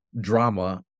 drama